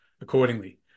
accordingly